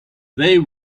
they